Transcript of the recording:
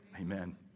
amen